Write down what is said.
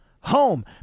home